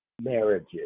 Marriages